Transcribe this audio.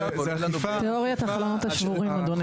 תיאוריה החלונות השבורים אדוני.